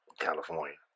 California